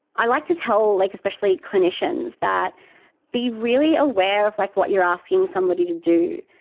i like to tell like especially clinicians that be really aware of like what you're asking somebody to do.